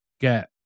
get